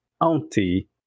auntie